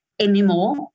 anymore